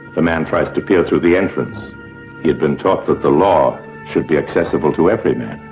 the man tries to peer through the entrance he had been taught that the law should be accessible to every man.